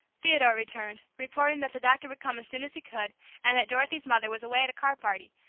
theodore returned, reporting that the doctor would come as soon as he could and that dorothy's mother was away at a card-party,